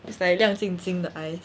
it's like 亮晶晶的 eyes